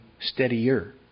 steadier